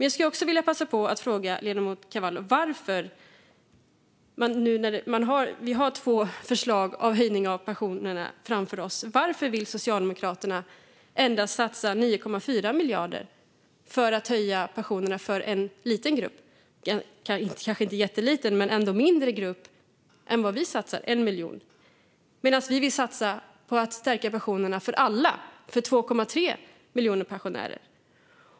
Jag skulle också vilja passa på att fråga ledamoten Carvalho nu när det finns två förslag om höjning av pensionerna framför oss, varför Socialdemokraterna endast vill satsa 9,4 miljarder för att höja pensionerna för en liten grupp, 1 miljon pensionärer - kanske inte jätteliten grupp men ändå en mindre grupp än vad vi satsar på. Vi vill satsa på att stärka pensionerna för alla, för 2,3 miljoner pensionärer.